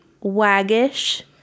waggish